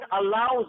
allows